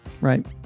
right